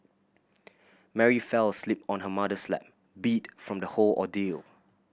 Mary fell asleep on her mother's lap beat from the whole ordeal